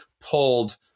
pulled